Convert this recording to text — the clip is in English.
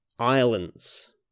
Islands